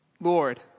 Lord